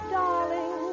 darling